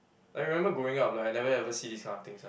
I remember growing up like I never ever see this kind of things one